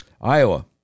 Iowa